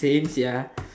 same sia